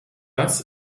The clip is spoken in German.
das